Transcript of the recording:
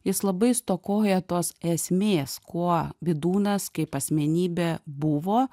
jis labai stokoja tos esmės kuo vydūnas kaip asmenybė buvo